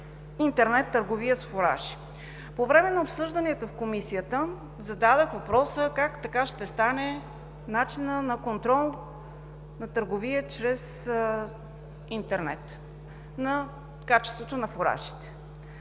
интернет търговия с фуражи. По време на обсъжданията в Комисията зададох въпроса: как така ще стане начинът на контрол на търговията чрез интернет на качеството на фуражите?